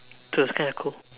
so it's kinda cool